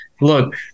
look